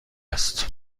است